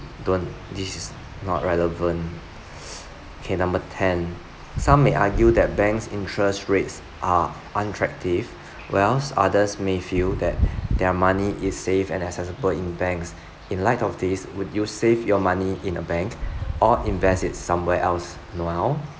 don't this is not relevant okay number ten some may argue that bank's interest rates are unattractive whereas others may feel that their money is safe and accessible in banks in light of these would you save your money in a bank or invest it somewhere else noel